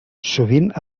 sovint